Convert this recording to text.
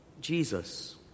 Jesus